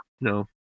no